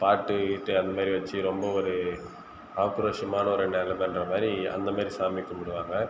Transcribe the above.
பாட்டு கீட்டு அந்தமாதிரி வச்சு ரொம்ப ஒரு ஆக்ரோஷமான ஒரு நிலமன்ற மாதிரி அந்தமாதிரி சாமி கும்பிடுவாங்க